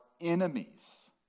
enemies